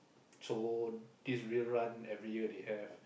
so this real run every year they have